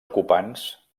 ocupants